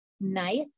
nice